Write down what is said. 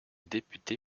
député